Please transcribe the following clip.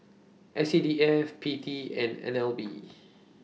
S C D F P T and N L B